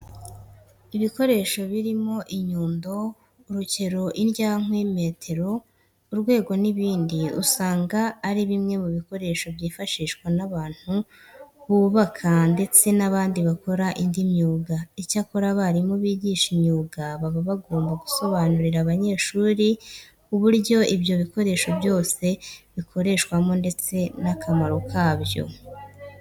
Ibikoresho birimo inyundo, urukero, indyankwi, metero, urwego n'ibindi usanga ari bimwe mu bikoresho byifashishwa n'abantu bubaka ndetse n'abandi bakora indi myuga. Icyakora abarimu bigisha imyuga baba bagomba gusobanurira abanyeshuri uburyo ibyo bikoresho byose bikoreshwamo ndetse n'akamaro kabyo.